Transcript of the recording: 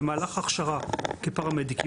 במהלך ההכשרה כפרמדיקים,